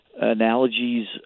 analogies